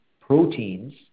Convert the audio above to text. proteins